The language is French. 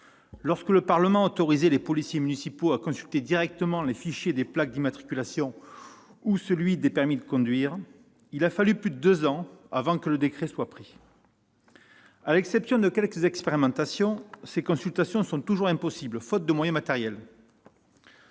lorsque le Parlement a autorisé les policiers municipaux à consulter directement le fichier des plaques d'immatriculation ou celui des permis de conduire, il a fallu plus de deux ans pour prendre le décret d'application. Hormis quelques expérimentations, la consultation de ces fichiers est toujours impossible, faute de moyens matériels.